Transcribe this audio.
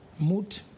Mood